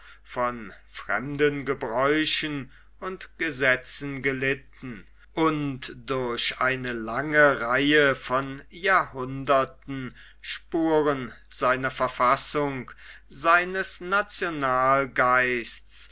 von fremden gebräuchen und gesetzen gelitten und durch eine lange reihe von jahrhunderten spuren seiner verfassung seines